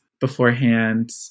beforehand